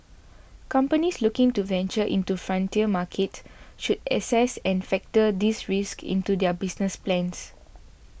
companies looking to venture into frontier markets should assess and factor these risks into their business plans